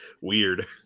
weird